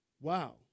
Wow